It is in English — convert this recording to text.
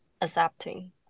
accepting